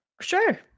Sure